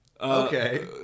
Okay